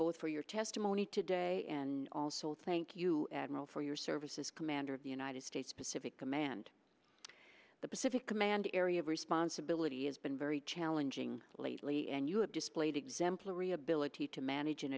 both for your testimony today and also thank you admiral for your services commander of the united states pacific command the pacific command area of responsibility has been very challenging lately and you have displayed exemplary ability to manage